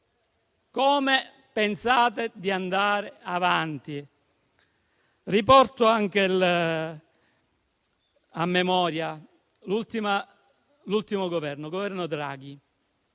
come pensate di andare avanti? Riporto anche alla memoria l'ultimo Governo, quello a guida Draghi.